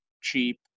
cheap